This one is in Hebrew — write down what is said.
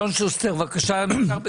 אלון שוסטר, בבקשה.